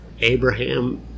Abraham